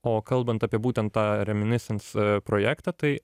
o kalbant apie būtent tą reminiscense projektą tai